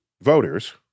voters